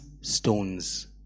stones